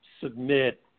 submit